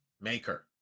maker